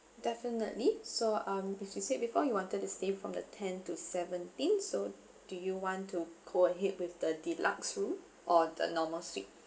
definitely so um if you said before you wanted to stay from the ten to seventeen so do you want to go ahead with the deluxe room or the normal suite